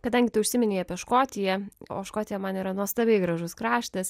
kadangi tu užsiminei apie škotiją o škotija man yra nuostabiai gražus kraštas